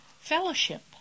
fellowship